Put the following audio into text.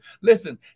Listen